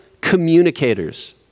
communicators